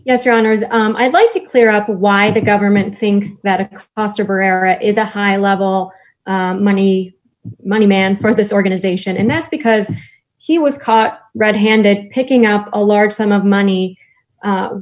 yes your honor i'd like to clear up why the government thinks that it is a high level money money man for this organization and that's because he was caught red handed picking out a large sum of money